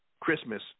Christmas –